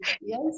yes